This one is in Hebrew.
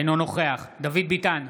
אינו נוכח דוד ביטן,